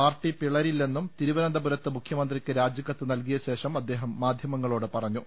party പിളരില്ലെന്നും തിരുവനന്ത പുരത്ത് മുഖ്യമന്ത്രിക്ക് രാജിക്കത്ത് നല്കിയശേഷം അദ്ദേഹം മാധ്യമങ്ങളോട് പറഞ്ഞു